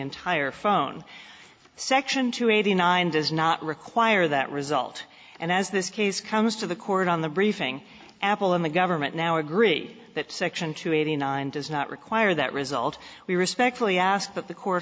entire phone section two eighty nine does not require that result and as this case comes to the court on the briefing apple and the government now agree that section two eighty nine does not require that result we respectfully ask that the court